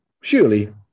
Surely